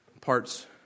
parts